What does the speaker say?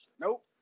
Nope